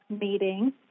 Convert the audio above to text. meeting